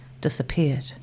disappeared